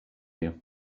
you